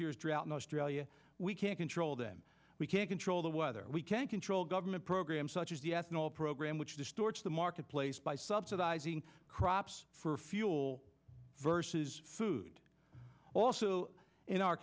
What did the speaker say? year's drought in australia we can't control them we can't control the weather we can control government programs such as the ethanol program which distorts the marketplace by subsidizing crops for fuel versus food also in our